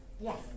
Yes